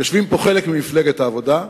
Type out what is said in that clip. יושבים פה חלק ממפלגת העבודה,